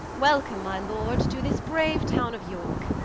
welcome my lord to this braue town of yorke,